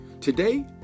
Today